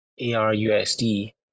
ARUSD